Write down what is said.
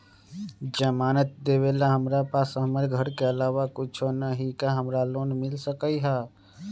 जमानत देवेला हमरा पास हमर घर के अलावा कुछो न ही का हमरा लोन मिल सकई ह?